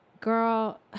girl